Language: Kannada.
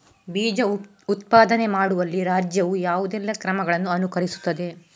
ಬೀಜ ಉತ್ಪಾದನೆ ಮಾಡುವಲ್ಲಿ ರಾಜ್ಯವು ಯಾವುದೆಲ್ಲ ಕ್ರಮಗಳನ್ನು ಅನುಕರಿಸುತ್ತದೆ?